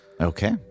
Okay